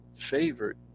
Favorite